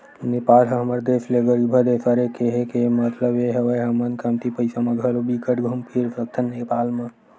नेपाल ह हमर देस ले गरीबहा देस हरे, केहे के मललब ये हवय हमन कमती पइसा म घलो बिकट घुम फिर सकथन नेपाल म